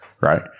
right